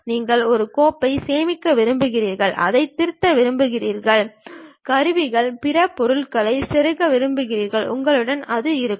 நீங்கள் ஒரு கோப்பைச் சேமிக்க விரும்புகிறீர்கள் அதைத் திருத்த விரும்புகிறீர்கள் கருவிகள் பிற பொருள்களைச் செருக விரும்புகிறீர்கள் உங்களிடம் அது இருக்கும்